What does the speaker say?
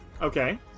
Okay